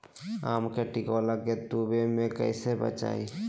आम के टिकोला के तुवे से कैसे बचाई?